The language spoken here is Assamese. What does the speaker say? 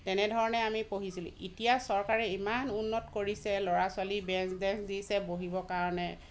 তেনেধৰণে আমি পঢ়িছিলোঁ এতিয়া চৰকাৰে ইমান উন্নত কৰিছে ল'ৰা ছোৱালীক বেঞ্চ ডেক্স দিছে বহিবৰ কাৰণে